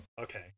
Okay